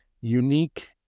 unique